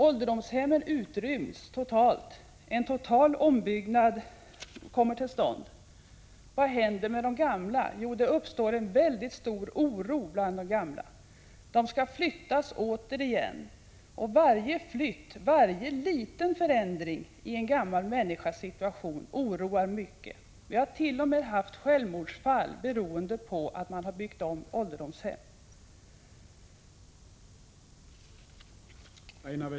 Ålderdomshemmen utryms fullständigt. En total ombyggnad kommer till stånd. Vad händer med de gamla? Jo, det uppstår en väldigt stor oro bland dem. De skall flyttas återigen, och varje flytt, varje liten förändring i en gammal människas situation oroar mycket. Vi har t.o.m. haft självmordsfall beroende på att man har byggt om ålderdomshem.